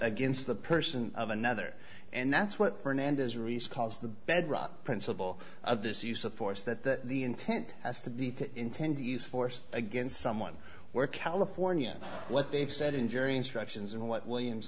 against the person of another and that's what fernandez reese calls the bedrock principle of this use of force that the intent has to be to intend to use force against someone where california what they've said in jury instructions and what williams